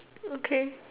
okay